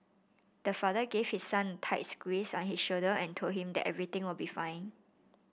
the father gave his son tight squeeze on his shoulder and told him that everything will be fine